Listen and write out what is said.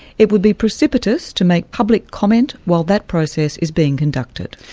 it would be precipitous to make public comment while that process is being conducted.